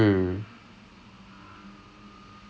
err bone bruise is like